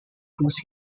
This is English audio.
boost